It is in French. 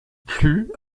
plut